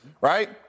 Right